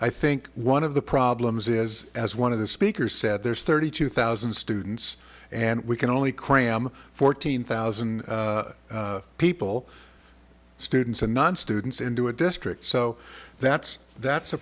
i think one of the problems is as one of the speakers said there's thirty two thousand students and we can only cram fourteen thousand people students and non students into a district so that's that's a